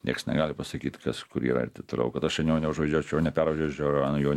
nieks negali pasakyt kas kur yra ir taip toliau kad aš an jo neužvažiuočiau nepervažiuočiau ar an jo